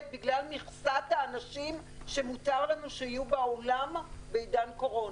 בגלל מכסת האנשים שמותר לנו שיהיו באולם בעידן הקורונה.